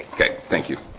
okay. thank you